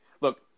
Look